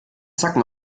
zacken